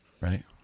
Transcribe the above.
right